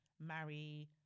marry